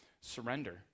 surrender